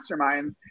masterminds